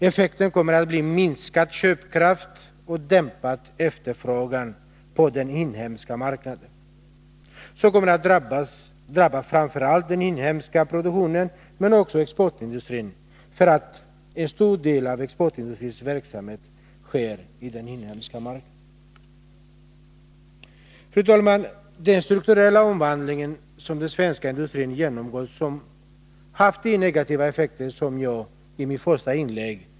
Effekten kommer att bli minskad köpkraft och dämpad efterfrågan på den inhemska marknaden, vilket kommer att drabba framför allt den inhemska produktionen men också exportindustrin, därför att en stor del av exportindustrins verksamhet sker på den inhemska marknaden. Fru talman! Den strukturella omvandling som den svenska industrin genomgår har haft negativa effekter, som jag beskrivit i mitt första inlägg.